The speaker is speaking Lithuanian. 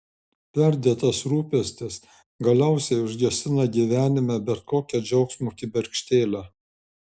perdėtas rūpestis galiausiai užgesina gyvenime bet kokią džiaugsmo kibirkštėlę